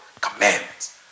Commandments